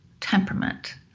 temperament